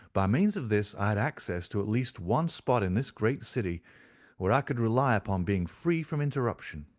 by means of this i had access to at least one spot in this great city where i could rely upon being free from interruption.